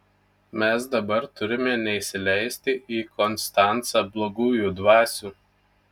mes dabar turime neįsileisti į konstancą blogųjų dvasių